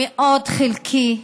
מאוד חלקי,